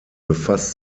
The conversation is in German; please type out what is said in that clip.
befasst